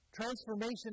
Transformation